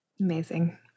amazing